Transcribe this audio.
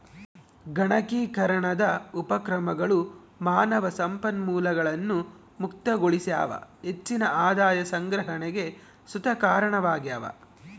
ಗಣಕೀಕರಣದ ಉಪಕ್ರಮಗಳು ಮಾನವ ಸಂಪನ್ಮೂಲಗಳನ್ನು ಮುಕ್ತಗೊಳಿಸ್ಯಾವ ಹೆಚ್ಚಿನ ಆದಾಯ ಸಂಗ್ರಹಣೆಗ್ ಸುತ ಕಾರಣವಾಗ್ಯವ